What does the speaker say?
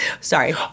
Sorry